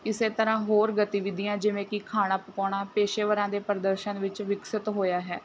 ਇਸ ਤਰ੍ਹਾਂ ਹੋਰ ਗਤੀਵਿਧੀਆਂ ਜਿਵੇਂ ਕਿ ਖਾਣਾ ਪਕਾਉਣਾ ਪੇਸ਼ੇਵਰਾਂ ਦੇ ਪ੍ਰਦਰਸ਼ਨ ਵਿੱਚ ਵਿਕਸਿਤ ਹੋਇਆ ਹੈ